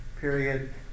period